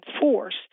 force